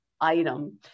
item